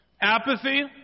Apathy